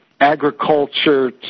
agriculture